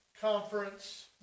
Conference